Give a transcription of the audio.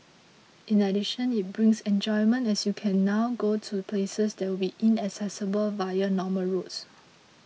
in addition it brings enjoyment as you can now go to places that would be inaccessible via normal roads